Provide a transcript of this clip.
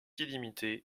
illimité